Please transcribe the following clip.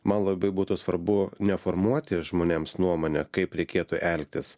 man labai būtų svarbu neformuoti žmonėms nuomonę kaip reikėtų elgtis